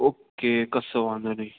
okay કશો વાંધો નય